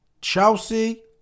Chelsea